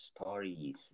stories